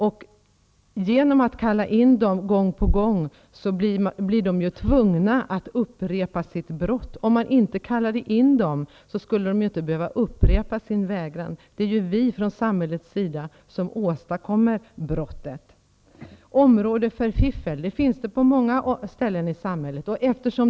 Att de kallas in gång på gång gör att de blir tvungna att upprepa sitt brott. Om man inte kallade in dem, skulle de inte behöva upprepa sin vägran och sitt brott. Det är vi från samhällets sida som åstadkommer brotten. Det här ett område för fiffel, säger försvarsministern. Sådana finns det många i samhället.